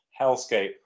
hellscape